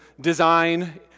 design